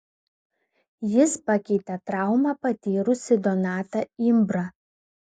jis pakeitė traumą patyrusį donatą imbrą